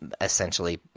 essentially